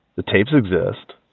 the tapes exist.